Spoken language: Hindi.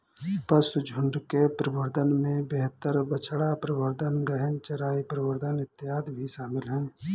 पशुझुण्ड के प्रबंधन में बेहतर बछड़ा प्रबंधन, गहन चराई प्रबंधन इत्यादि भी शामिल है